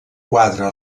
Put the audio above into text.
quadre